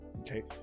okay